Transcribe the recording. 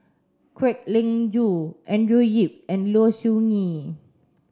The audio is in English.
Kwek Leng Joo Andrew Yip and Low Siew Nghee